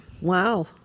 Wow